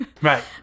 Right